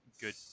good